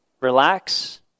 Relax